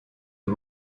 the